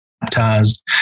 baptized